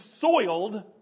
soiled